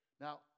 Now